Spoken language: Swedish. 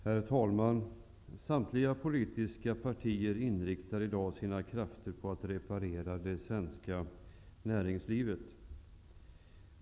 Herr talman! Samtliga politiska partier inriktar i dag sina krafter på att reparera det svenska näringslivet.